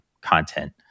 content